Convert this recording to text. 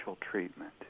treatment